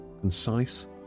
concise